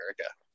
America